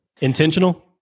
Intentional